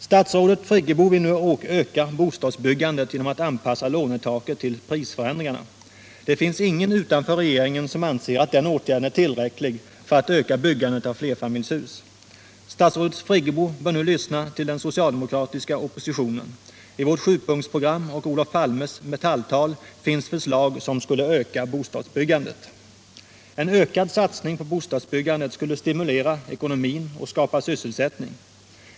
Statsrådet Friggebo vill nu öka bostadsbyggandet genom att anpassa lånetaket till prisförändringarna. Det finns ingen utanför regeringen som anser att den åtgärden är tillräcklig för att öka byggandet av flerfamiljshus. Statsrådet Friggebo bör nu lyssna till den socialdemokratiska oppositionen. I vårt sjupunktsprogram och i Olof Palmes tal till metallarbetarna finns förslag som skulle öka bostadsbyggandet. En ökad satsning på bostadsbyggandet skulle stimulera ekonomin och skapa sysselsättning.